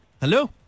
hello